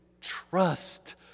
trust